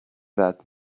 that